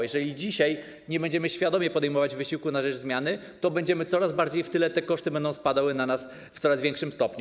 Jeżeli dzisiaj nie będziemy świadomie podejmować wysiłku na rzecz zmiany, to będziemy coraz bardziej w tyle, te koszty będą spadały na nas w coraz większym stopniu.